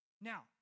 Now